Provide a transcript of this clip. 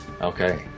okay